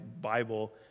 Bible